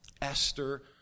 Esther